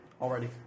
Already